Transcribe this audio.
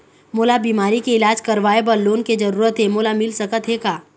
मोला बीमारी के इलाज करवाए बर लोन के जरूरत हे मोला मिल सकत हे का?